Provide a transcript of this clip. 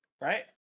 Right